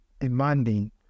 demanding